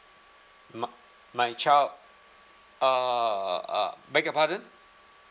my my child uh uh beg your pardon